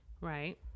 Right